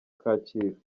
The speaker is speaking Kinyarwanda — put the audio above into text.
kacyiru